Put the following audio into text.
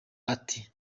ati